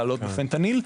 לעלות בפנטניל,